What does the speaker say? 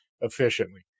efficiently